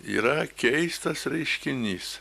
yra keistas reiškinys